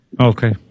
Okay